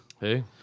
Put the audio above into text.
Hey